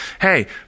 hey